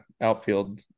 outfield